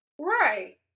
Right